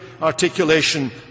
articulation